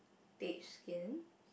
beige skin